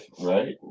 right